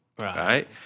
right